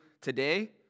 Today